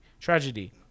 tragedy